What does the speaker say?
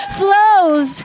flows